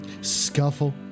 Scuffle